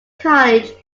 college